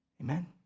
Amen